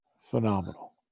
Phenomenal